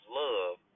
love